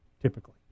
Typically